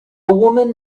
woman